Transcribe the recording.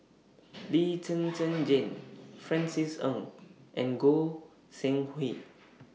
Lee Zhen Zhen Jane Francis Ng and Goi Seng Hui